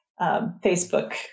Facebook